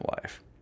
life